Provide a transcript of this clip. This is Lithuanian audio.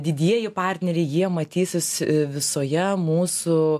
didieji partneriai jie matysis visoje mūsų